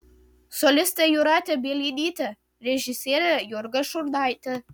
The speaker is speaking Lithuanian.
solistė jūratė bielinytė režisierė jurga šurnaitė